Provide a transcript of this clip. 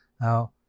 Now